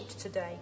today